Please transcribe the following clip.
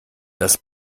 das